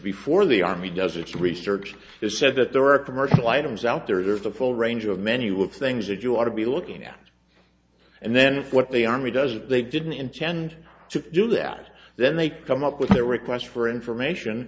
before the army does its research has said that there are commercial items out there of the full range of menu of things that you ought to be looking at and then if what the army does that they didn't intend to do that then they come up with their requests for information